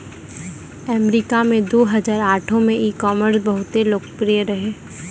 अमरीका मे दु हजार आठो मे ई कामर्स बहुते लोकप्रिय रहै